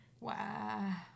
wow